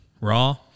raw